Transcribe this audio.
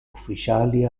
ufficiali